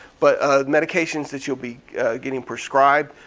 but medications that you'll be getting prescribed,